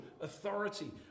authority